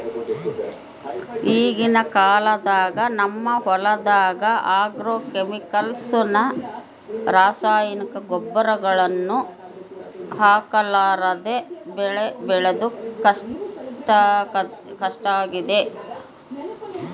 ಈಗಿನ ಕಾಲದಾಗ ನಮ್ಮ ಹೊಲದಗ ಆಗ್ರೋಕೆಮಿಕಲ್ಸ್ ನ ರಾಸಾಯನಿಕ ಗೊಬ್ಬರಗಳನ್ನ ಹಾಕರ್ಲಾದೆ ಬೆಳೆ ಬೆಳೆದು ಕಷ್ಟಾಗೆತೆ